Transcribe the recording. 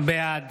בעד